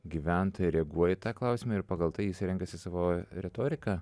gyventojai reaguoja į tą klausimą ir pagal tai jisai renkasi savo retoriką